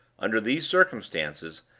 under these circumstances,